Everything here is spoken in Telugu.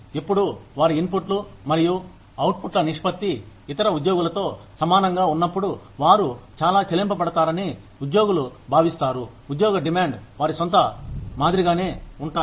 ఎప్పుడూ వారి ఇన్పుట్లు మరియు అవుట్పుట్ల నిష్పత్తి ఇతర ఉద్యోగులతో సమానంగా ఉన్నప్పుడు వారు చాలా చెల్లించపడతారని ఉద్యోగులు భావిస్తారు ఉద్యోగ డిమాండ్ వారి సొంత మాదిరిగానే ఉంటాయి